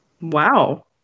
Wow